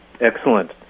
Excellent